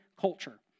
culture